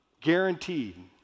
Guaranteed